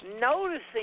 noticing